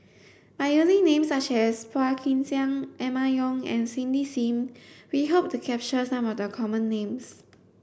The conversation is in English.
by using names such as Phua Kin Siang Emma Yong and Cindy Sim we hope to capture some of the common names